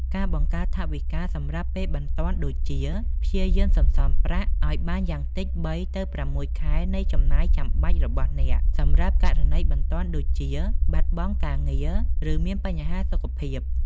ការបង្កើតថវិការសម្រាប់ពេលបន្ទាន់ ដូចជា ព្យាយាមសន្សំប្រាក់ឱ្យបានយ៉ាងតិច ៣ ទៅ ៦ ខែនៃចំណាយចាំបាច់របស់អ្នក សម្រាប់ករណីបន្ទាន់ដូចជា បាត់បង់ការងារ ឬមានបញ្ហាសុខភាព។